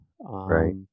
right